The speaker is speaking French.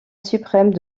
suprême